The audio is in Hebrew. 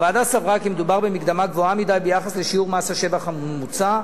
הוועדה סברה כי מדובר במקדמה גבוהה מדי ביחס לשיעור מס השבח הממוצע,